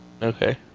Okay